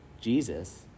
Jesus